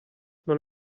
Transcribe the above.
non